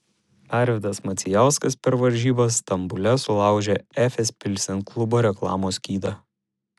arvydas macijauskas per varžybas stambule sulaužė efes pilsen klubo reklamos skydą